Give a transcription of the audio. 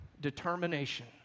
determination